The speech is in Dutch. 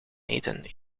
eten